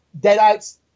deadites